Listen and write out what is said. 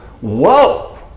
whoa